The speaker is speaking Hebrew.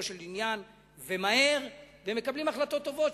של עניין ומהר ומקבלים החלטות טובות,